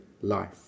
life